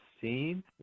scene